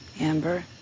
Amber